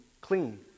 clean